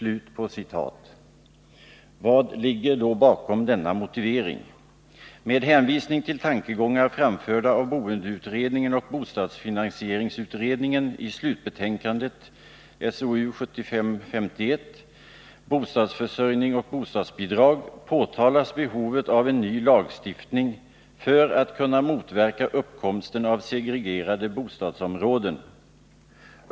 Vad ligger då bakom denna motivering? Med hänvisning till tankegångar framförda av boendeutredningen och bostadsfinansieringsutredningen i slutbetänkandet Bostadsförsörjning och bostadsbidrag framhålls behovet av en ny lagstiftning för att kunna motverka uppkomsten av segregerade bostadsområden.